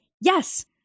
Yes